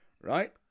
right